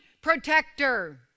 protector